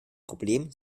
problem